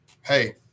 hey